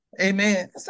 Amen